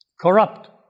corrupt